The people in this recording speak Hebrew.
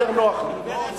יותר נוח לי.